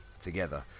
together